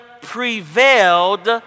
prevailed